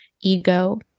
ego